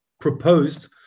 proposed